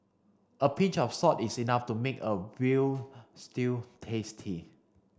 a pinch of salt is enough to make a veal stew tasty